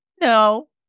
No